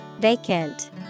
Vacant